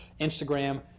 Instagram